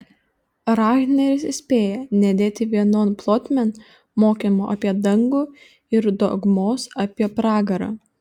rahneris įspėja nedėti vienon plotmėn mokymo apie dangų ir dogmos apie pragarą